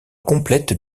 complètes